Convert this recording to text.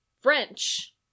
French